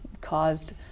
caused